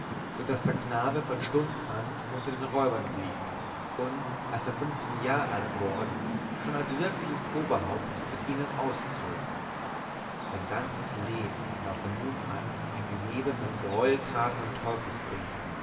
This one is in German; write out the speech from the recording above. daß der knabe von stund an unter den räubern blieb und als er funfzehn jahr alt worden schon als wirkliches oberhaupt mit ihnen auszog sein ganzes leben war von nun an ein gewebe von greueltaten und